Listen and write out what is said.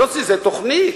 יוסי, זאת תוכנית.